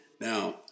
now